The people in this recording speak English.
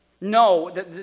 No